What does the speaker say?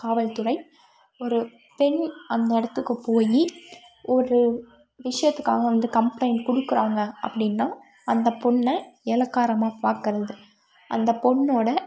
காவல்துறை ஒரு பெண் அந்த இடத்துக்கு போய் ஒரு விஷயத்துக்காக வந்து கம்பளைண்ட் கொடுக்குறாங்க அப்படின்னா அந்த பொண்ணை இளக்காரமா பாக்கிறது அந்த பொண்ணோட